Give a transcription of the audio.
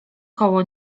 koło